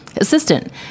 Assistant